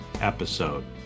episode